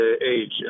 age